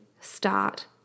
start